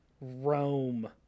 Rome